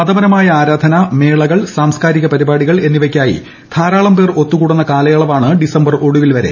മതപരമായ ആരാധന മേളകൾ സാംസ് കാരിക പരിപാടികൾ എന്നിവയ്ക്കായി ധാരാളം പേർ ഒത്തുകൂടുന്ന കാലയളവാണ് ഡിസംബർ ഒടുവിൽ വരെ